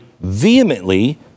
vehemently